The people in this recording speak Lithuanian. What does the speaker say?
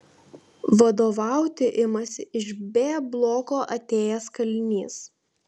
vadovauti imasi iš b bloko atėjęs kalinys